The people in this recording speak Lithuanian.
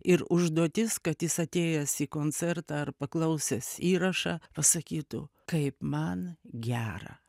ir užduotis kad jis atėjęs į koncertą ar paklausęs įrašą pasakytų kaip man gera